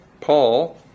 Paul